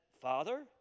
Father